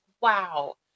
wow